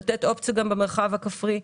לתת אופציה גם במרחב הכפרי.